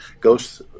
goes